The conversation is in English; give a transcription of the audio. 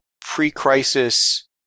pre-Crisis